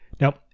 Now